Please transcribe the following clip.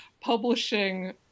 publishing